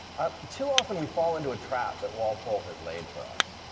ah too often, we fall into a trap that walpole has laid for us,